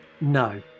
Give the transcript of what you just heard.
No